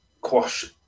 quash